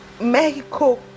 Mexico